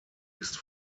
ist